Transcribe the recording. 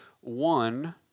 one